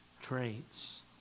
traits